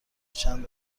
چند